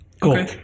Cool